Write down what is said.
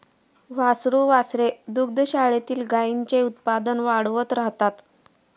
वासरू वासरे दुग्धशाळेतील गाईंचे उत्पादन वाढवत राहतात